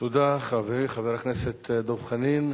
תודה, חברי חבר הכנסת דב חנין.